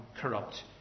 corrupt